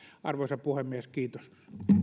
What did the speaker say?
arvoisa puhemies kiitos